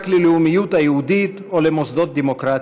ללאומיות היהודית או למוסדות הדמוקרטיים.